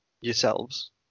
yourselves